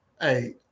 Hey